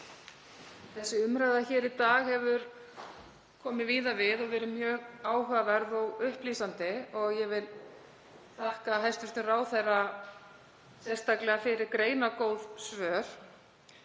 Þessi umræða í dag hefur komið víða við og verið mjög áhugaverð og upplýsandi og ég vil þakka hæstv. ráðherra sérstaklega fyrir greinargóð svör.